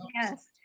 yes